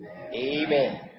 Amen